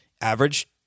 Average